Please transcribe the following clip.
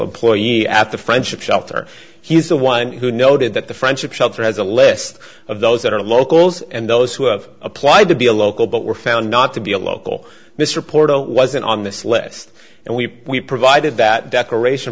employee at the friendship shelter he's the one who noted that the friendship shelter has a list of those that are locals and those who have applied to be a local but were found not to be a local mr portal wasn't on this list and we we provided that decoration